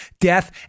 death